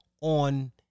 on